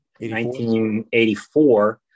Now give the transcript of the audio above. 1984